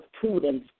prudence